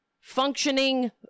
Functioning